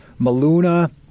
maluna